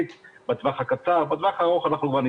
יש לכם את הסמכות ואתם האחראים לעניין,